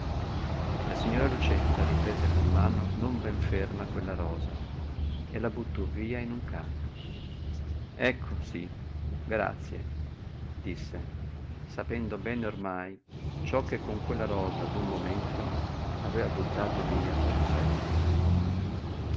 la signora lucietta riprese con mano non ben ferma quella rosa e la buttò via in un canto ecco sí grazie disse sapendo bene ormai ciò che con quella rosa d'un momento aveva buttato via per sempre